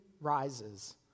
rises